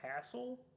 hassle